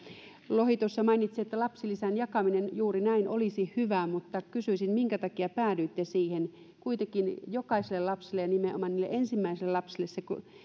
lohi tuossa mainitsi lapsilisän jakamisen juuri näin olisi hyvä mutta kysyisin minkä takia päädyitte siihen kuitenkin jokaiselle lapselle nimenomaan niille ensimmäisille lapsille se